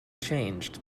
changed